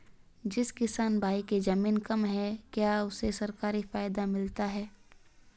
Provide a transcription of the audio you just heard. जिस किसान भाई के ज़मीन कम है क्या उसे सरकारी फायदा मिलता है?